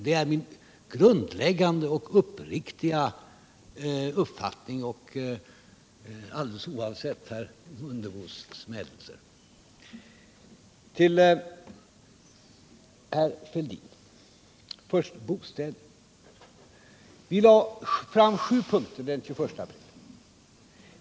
Det är min grundläggande och uppriktiga uppfattning alldeles oavsett herr Mundebos smädelser. Så till herr Fälldin. Vi lade fram sju punkter den 21 april.